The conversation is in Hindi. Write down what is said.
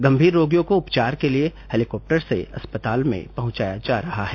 गंभीर रोगियों को उपचार के लिए हेलीकॉप्टर से अस्पताल में पहुंचाया जा रहा है